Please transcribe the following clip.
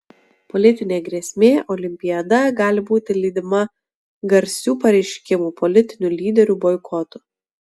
politinė grėsmė olimpiada gali būti lydima garsių pareiškimų politinių lyderių boikotų